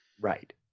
right